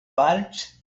parrots